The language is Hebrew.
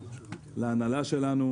להנהלה שלנו